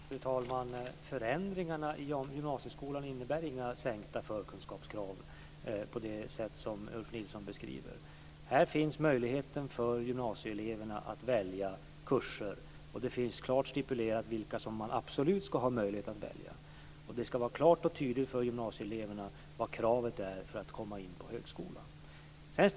Fru talman! Förändringarna i gymnasieskolan innebär inte några sänkta förkunskapskrav på det sätt som Ulf Nilsson beskriver. Gymnasieeleverna får möjlighet att välja kurser, och det finns klart stipulerat vilka kurser som man absolut ska ha möjlighet att välja. Det ska också vara klart och tydligt för gymnasieeleverna vilka kraven är för att komma in på högskolan.